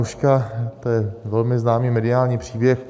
To je velmi známý mediální příběh.